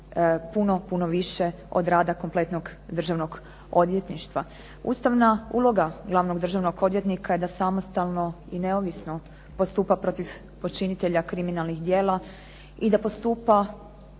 puno više od rada kompletnog Državnog odvjetništva. Ustavna uloga glavnog državnog odvjetnika je da samostalno i neovisno postupa protiv počinitelja kriminalnih djela i da postupa